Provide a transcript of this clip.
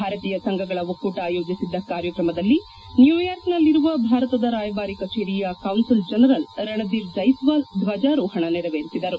ಭಾರತೀಯ ಸಂಘಗಳ ಒಕ್ಕೂಟ ಆಯೋಜಿಸಿದ್ದ ಕಾರ್ಯಕ್ರಮದಲ್ಲಿ ನ್ಯೂಯಾರ್ಕ್ನಲ್ಲಿರುವ ಭಾರತದ ರಾಯಭಾರ ಕಚೇರಿಯ ಕೌನ್ಸಲ್ ಜನರಲ್ ರಣಧೀರ್ ಜೈಸ್ವಾಲ್ ಧ್ವಜಾರೋಹಣ ನೆರವೇರಿಸಿದರು